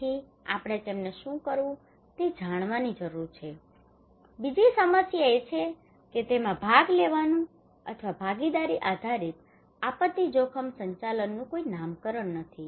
તેથી આપણે તેમને શું કરવું તે જાણવાની જરૂર છે બીજી સમસ્યા એ છે કે તેમાં ભાગ લેવાનું અથવા ભાગીદારી આધારિત આપત્તિ જોખમ સંચાલનનું કોઈ નામકરણ નથી